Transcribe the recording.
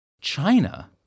China